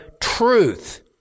Truth